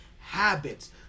habits